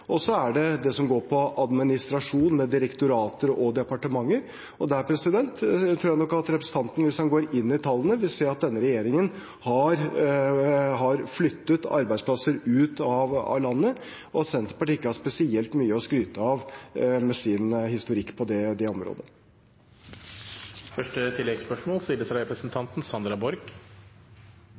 og så er det det som går på administrasjon, med direktorater og departementer. Der tror jeg nok at representanten, hvis han går inn i tallene, vil se at denne regjeringen har flyttet arbeidsplasser ut i landet, og at Senterpartiet ikke har spesielt mye å skryte av med sin historikk på det området. Sandra Borch – til oppfølgingsspørsmål. Tallene fra